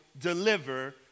deliver